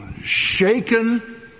shaken